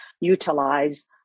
utilize